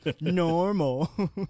normal